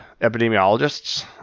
Epidemiologists